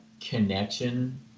connection